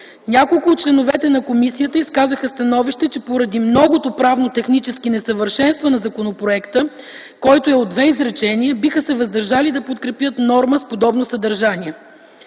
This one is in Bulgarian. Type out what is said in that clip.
Няколко от членовете на комисията изказаха становище, че поради многото правнотехнически несъвършенства на законопроекта, който е от две изречения, биха се въздържали да подкрепят норма с подобно съдържание.